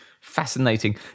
fascinating